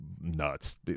nuts